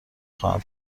خواهم